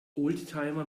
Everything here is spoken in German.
oldtimer